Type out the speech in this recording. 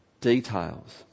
details